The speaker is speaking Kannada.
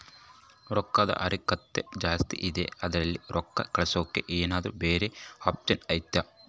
ರೊಕ್ಕದ ಹರಕತ್ತ ಜಾಸ್ತಿ ಇದೆ ಜಲ್ದಿ ರೊಕ್ಕ ಕಳಸಕ್ಕೆ ಏನಾರ ಬ್ಯಾರೆ ಆಪ್ಷನ್ ಐತಿ?